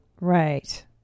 Right